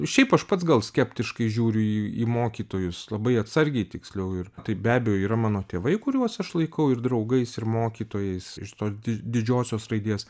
šiaip aš pats gal skeptiškai žiūriu į į mokytojus labai atsargiai tiksliau ir tai be abejo yra mano tėvai kuriuos aš laikau ir draugais ir mokytojais iš tos di didžiosios raidės